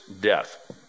death